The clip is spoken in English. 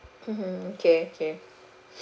mmhmm okay okay